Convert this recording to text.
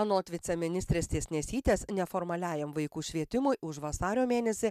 anot viceministrės tiesnesytės neformaliajam vaikų švietimui už vasario mėnesį